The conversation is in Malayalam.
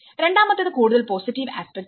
രണ്ടാമത്തേത് കൂടുതൽ പോസിറ്റീവ് ആസ്പെക്ട്ആണ്